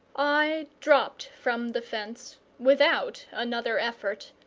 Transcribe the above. i dropped from the fence without another effort,